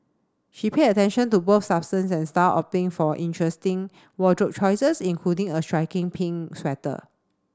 she paid attention to both substance and style opting for interesting wardrobe choices including a striking pink sweater